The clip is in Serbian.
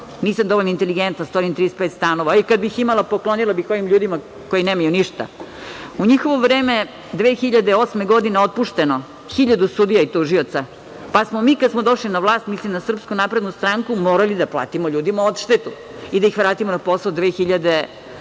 nisam dovoljno inteligentna da stvorim 35 stanova. Pa, i kada bih imala, poklonila bih ovim ljudima koji nemaju ništa.U njihovo vreme, 2008. godine je otpušteno 1000 sudija i tužioca, pa smo mi kada smo došli na vlast, mislim na Srpsku naprednu stranku, morali da platimo ljudima odštetu i da ih vratimo na posao 2013.